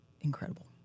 incredible